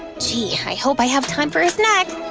gee, i hope i have time for a snack.